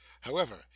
However